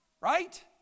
right